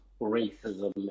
racism